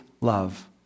love